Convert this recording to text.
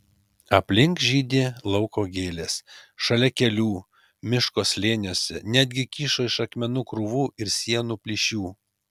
aplink žydi lauko gėlės šalia kelių miško slėniuose netgi kyšo iš akmenų krūvų ir sienų plyšių